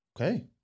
Okay